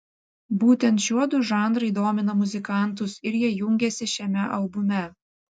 būtent šiuodu žanrai domina muzikantus ir jie jungiasi šiame albume